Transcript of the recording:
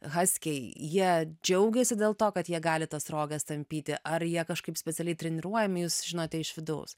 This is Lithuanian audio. haskiai jie džiaugiasi dėl to kad jie gali tas roges tampyti ar jie kažkaip specialiai treniruojami jūs žinote iš vidaus